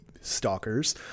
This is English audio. stalkers